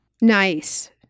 nice